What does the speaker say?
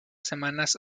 semanas